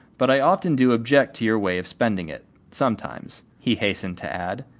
but i often do object to your way of spending it sometimes, he hastened to add,